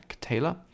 Taylor